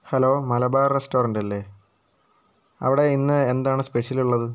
hello Malabar restaurant അല്ലേ അവിടെ ഇന്ന് എന്താണ് സ്പെഷ്യലുള്ളത്